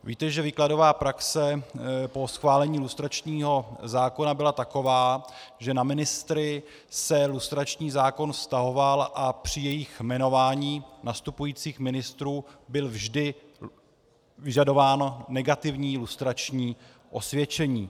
Víte, že výkladová praxe po schválení lustračního zákona byla taková, že na ministry se lustrační zákon vztahoval a při jmenování nastupujících ministrů bylo vždy vyžadováno negativní lustrační osvědčení.